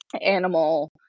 animal